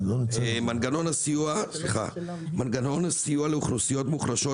מנגנון הסיוע לאוכלוסיות מוחלשות,